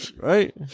Right